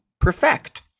perfect